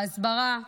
בהסברה ובעורף.